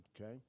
Okay